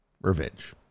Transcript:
revenge